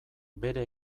bere